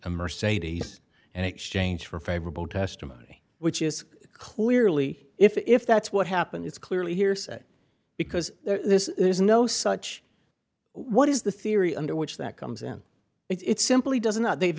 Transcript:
a mercedes and exchange for favorable testimony which is clearly if that's what happened it's clearly hearsay because this is no such what is the theory under which that comes in it's simply doesn't that they've